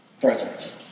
Presence